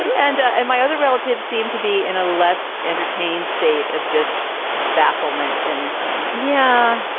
and and my other relatives seemed to be in a less entertained state of just bafflement. and yeah,